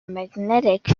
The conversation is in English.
magnetic